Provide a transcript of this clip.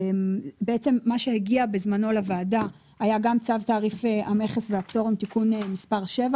מה שהגיע בזמנו לוועדה היה גם צו תעריף המכס והפטורים (תיקון מס' 7)